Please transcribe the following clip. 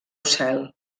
cel